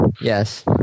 Yes